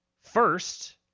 first